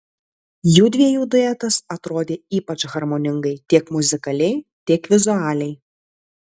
judviejų duetas atrodė ypač harmoningai tiek muzikaliai tiek vizualiai